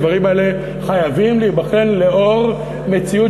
הדברים האלה חייבים להיבחן לאור מציאות